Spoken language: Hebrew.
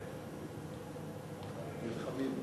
אתה נייטרלי.